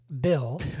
Bill